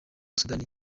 sudan